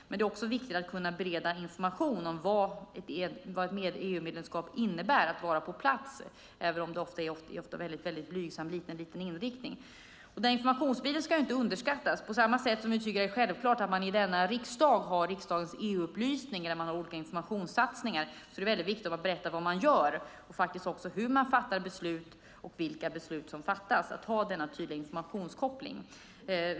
Det är dock viktigt att kunna bereda information om vad ett EU-medlemskap innebär genom att vara på plats, även om det ofta är i väldigt blygsam och liten omfattning. Informationsbiten ska inte underskattas. På samma sätt som vi tycker att det är självklart att man i denna riksdag har en EU-upplysning där man har olika informationssatsningar är det väldigt viktigt att berätta vad man gör och faktiskt också hur man fattar beslut och vilka beslut som fattas. Det är viktigt att ha denna tydliga informationskoppling.